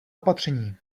opatření